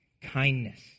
kindness